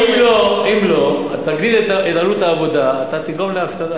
אם לא, תגדיל את עלות העבודה ותגרום לאבטלה.